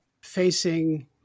facing